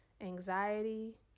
anxiety